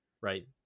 right